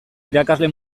irakasle